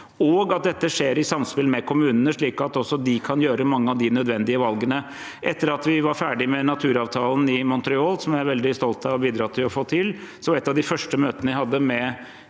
og at dette skjer i samspill med kommunene, slik at de kan gjøre mange av de nødvendige valgene. Etter at vi var ferdig med naturavtalen i Montreal, som jeg er veldig stolt av å ha bidratt til å få til, møtte jeg KS som en av de